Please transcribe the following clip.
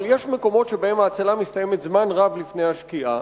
אבל יש מקומות שבהם ההצלה מסתיימת זמן רב לפני השקיעה.